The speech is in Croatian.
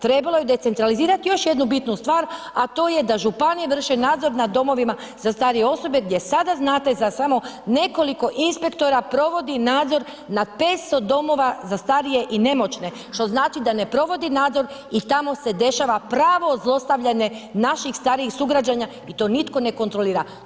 Trebalo je decentralizirati još jednu bitnu stvar, a to je da županije vrše nadzor nad domovima za starije osobe gdje sada znate za samo nekoliko inspektora provodi nadzor nad 500 domova za starije i nemoćne, što znači da ne provodi nadzor i tamo se dešava pravo zlostavljanje naših starijih sugrađana i to nitko ne kontrolira.